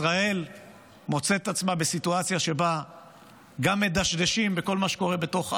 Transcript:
ישראל מוצאת את עצמה בסיטואציה שבה גם מדשדשים בכל מה שקורה בתוך עזה.